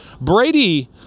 Brady